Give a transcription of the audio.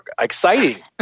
exciting